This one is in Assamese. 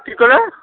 কি ক'লে